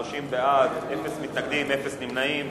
30 בעד, אין מתנגדים ואין נמנעים.